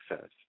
says